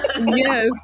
yes